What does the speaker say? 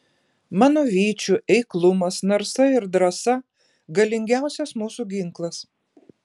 mano vyčių eiklumas narsa ir drąsa galingiausias mūsų ginklas